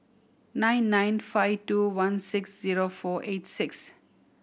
nine nine five two one six zero four eight six